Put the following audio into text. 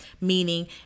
Meaning